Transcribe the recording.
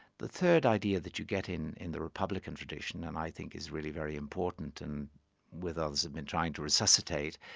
the third idea that you get in in the republican tradition, and i think is really very important, and with others have been trying to resuscitate,